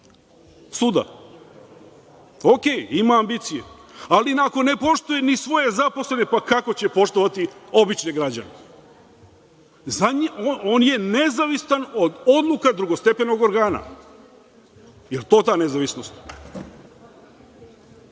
suda. Okej, ima ambicije, ali ako ne poštuje ni svoje zaposlene, pa, kako će poštovati obične građane? On je nezavistan od odluka drugostepenog organa. Jel to ta nezavisnost? Ako